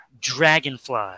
Dragonfly